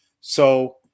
So-